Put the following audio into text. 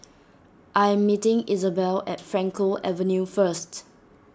I am meeting Izabelle at Frankel Avenue first